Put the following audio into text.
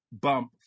bump